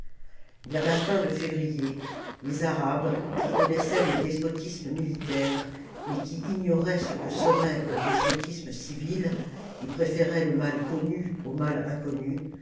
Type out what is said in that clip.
vers la fin de février les arabes qui connaissaient le despotisme militaire mais qui ignoraient ce que serait le despotisme civil et préféraient le mal connu au mal inconnu